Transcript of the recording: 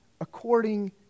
according